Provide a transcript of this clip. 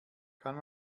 kann